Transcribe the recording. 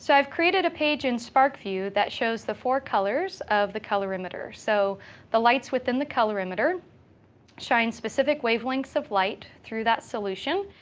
so i've created a page in sparkvue that shows the four colors of the colorimeter. so the lights within the colorimeter shine specific wavelengths of light through that solution.